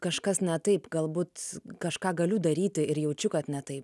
kažkas ne taip galbūt kažką galiu daryti ir jaučiu kad ne taip